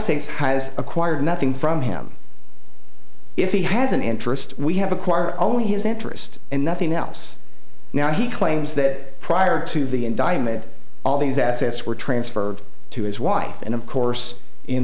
states has acquired nothing from him if he has an interest we have acquire only his interest and nothing else now he claims that prior to the indictment all these assets were transferred to his wife and of course in